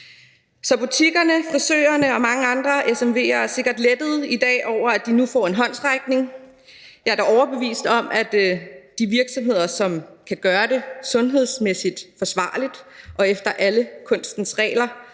Så butikkerne, frisørerne og mange andre SMV'ere er sikkert lettede i dag over, at de nu får en håndsrækning. Jeg er dog overbevist om, at de virksomheder, som kan gøre det sundhedsmæssigt forsvarligt og efter alle kunstens regler,